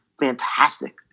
fantastic